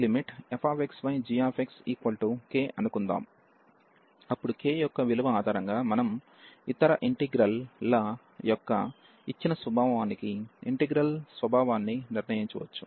ఈ limit fxgxk అనుకుందాం అప్పుడు k యొక్క విలువ ఆధారంగా మనం ఇతర ఇంటిగ్రల్ ల యొక్క ఇచ్చిన స్వభావానికి ఇంటిగ్రల్ స్వభావాన్ని నిర్ణయించవచ్చు